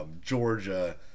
Georgia